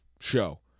show